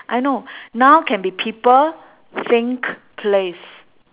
I know noun can be people thing place